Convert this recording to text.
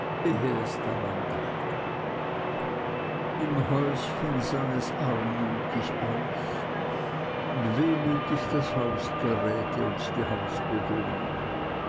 es daran dachte im häuschen sah es armütig aus und wehmütig das hausgeräte und die